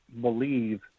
believe